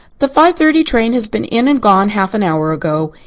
the five-thirty train has been in and gone half an hour ago,